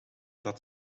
dat